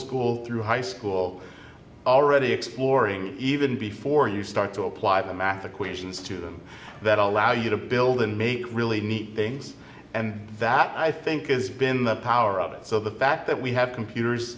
school through high school already exploring even before you start to apply the math equations to them that allow you to build and make really neat things and that i think has been the power of it so the fact that we have computers